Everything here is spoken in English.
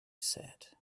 said